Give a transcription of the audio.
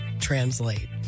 Translate